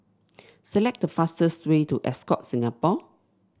select the fastest way to Ascott Singapore